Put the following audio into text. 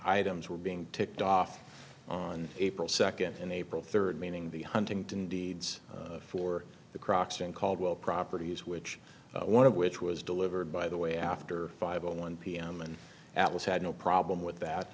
items were being ticked off on april second and april third meaning the huntington deeds for the crocs in caldwell properties which one of which was delivered by the way after five zero one pm and atlas had no problem with that